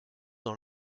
dans